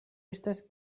estas